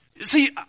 See